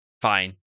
fine